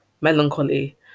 melancholy